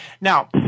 Now